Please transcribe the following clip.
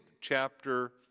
chapter